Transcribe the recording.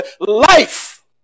life